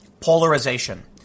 polarization